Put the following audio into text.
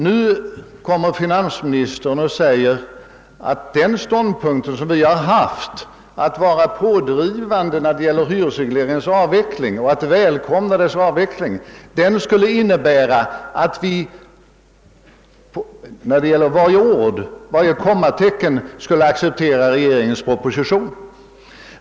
Nu säger finansministern att den ståndpunkt som vi intagit — att vara pådrivande i fråga om hyresregleringens avveckling och välkomna denna — skulle innebära att vi accepterade varje ord, varje kommatecken i regeringens proposition.